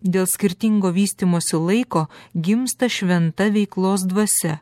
dėl skirtingo vystymosi laiko gimsta šventa veiklos dvasia